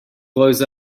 blows